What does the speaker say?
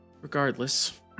Regardless